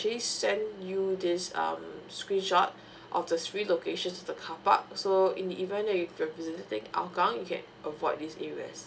send you this um screenshot of the three location to the car park so in event that you are visiting an kang you can avoid these areas